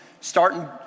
Starting